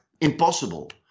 impossible